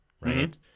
right